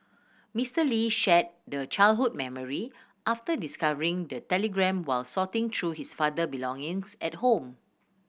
Mister Lee shared the childhood memory after discovering the telegram while sorting through his father belongings at home